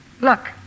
look